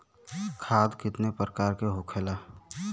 खाद कितने प्रकार के होखेला?